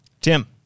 Tim